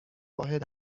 واحد